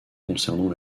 concernant